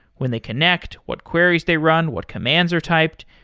when they connect, what queries they run, what commands are typed?